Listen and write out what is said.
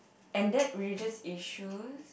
and that religious issue